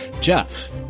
Jeff